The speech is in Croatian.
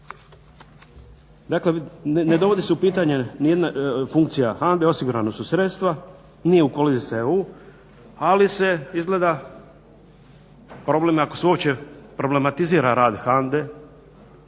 Dakle ne dovodi se u pitanje nijedna funkcija HANDA-e osigurana su sredstva, nije u koliziji sa EU ali se izgleda, problem je ako se uopće problematizira rad HANDA-e,